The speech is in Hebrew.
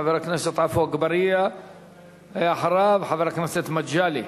חבר הכנסת עפו אגבאריה, ואחריו, חבר הכנסת מגלי.